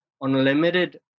unlimited